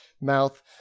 mouth